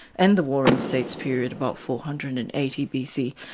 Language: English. and the warring states period about four hundred and and eighty bc.